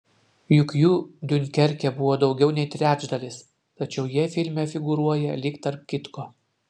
juk jų diunkerke buvo daugiau nei trečdalis tačiau jie filme figūruoja lyg tarp kitko